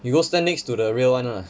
you go stand next to the real one lah